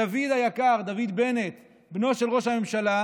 דוד היקר, דוד בנט, בנו של ראש הממשלה,